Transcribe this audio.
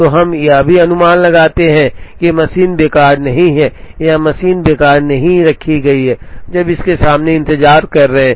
तो हम यह भी अनुमान लगाते हैं कि मशीन बेकार नहीं है या मशीन बेकार नहीं रखी गई है जब इसके सामने इंतजार कर रहे हैं